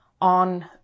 on